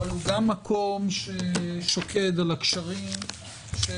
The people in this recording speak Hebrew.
אבל הוא גם מקום ששוקד על הקשרים של